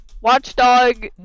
Watchdog